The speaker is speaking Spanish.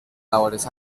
labores